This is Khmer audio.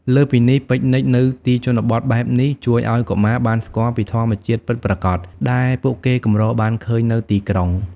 លើសពីនេះ ពិកនិចនៅទីជនបទបែបនេះជួយឲ្យកុមារបានស្គាល់ពីធម្មជាតិពិតប្រាកដដែលពួកគេកម្របានឃើញនៅទីក្រុង។